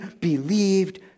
believed